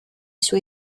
suoi